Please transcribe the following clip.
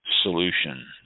solution